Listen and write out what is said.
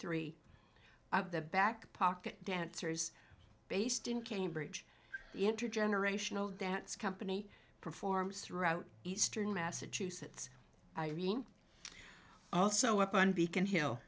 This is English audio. three of the back pocket dancers based in cambridge intergenerational dance company performs throughout eastern massachusetts irene also up on beacon hill